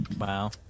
Wow